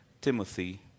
Timothy